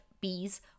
bees